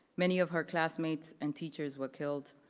many of her classmates and teachers were killed,